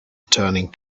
turning